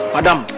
Madam